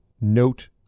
note